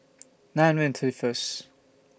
nine hundred and thirty First